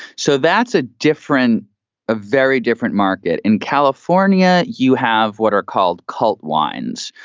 so that's a different a very different market in california. you have what are called cult wines,